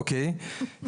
אוקיי.